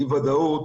אי ודאות,